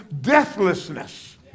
deathlessness